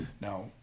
Now